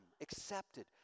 accepted